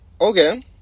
Okay